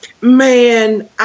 Man